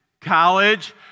college